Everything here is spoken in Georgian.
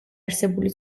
არსებული